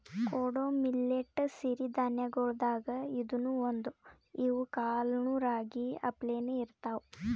ಕೊಡೊ ಮಿಲ್ಲೆಟ್ ಸಿರಿ ಧಾನ್ಯಗೊಳ್ದಾಗ್ ಇದೂನು ಒಂದು, ಇವ್ ಕಾಳನೂ ರಾಗಿ ಅಪ್ಲೇನೇ ಇರ್ತಾವ